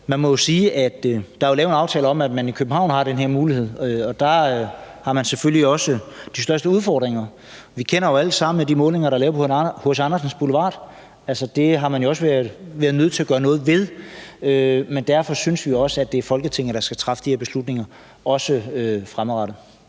man må jo sige, at der er lavet en aftale om, at man i København har den her mulighed. Og der har man selvfølgelig også de største udfordringer. Vi kender jo alle sammen de målinger, der er lavet på H. C. Andersens Boulevard. Altså, det har man jo også været nødt til at gøre noget ved. Men derfor synes vi også, at det er Folketinget, der skal træffe de her beslutninger, også fremadrettet.